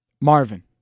Marvin